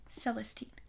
Celestine